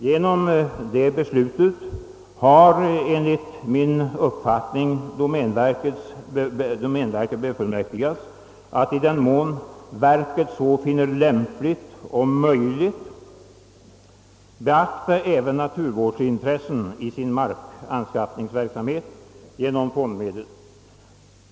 Genom detta tillägg har enligt min mening domänverket befullmäktigats att i den mån verket så finner lämpligt och möjligt genom användande av fondmedel beakta även naturvårdsintresset vid sin markanskaffningsverksamhet.